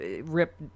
rip